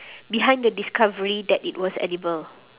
behind the discovery that it was edible